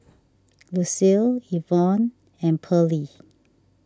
Lucile Evon and Pearley